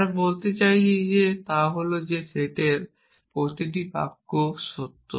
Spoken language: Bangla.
আমরা যা বলতে চাইছি তা হল যে সেটের প্রতিটি বাক্য সত্য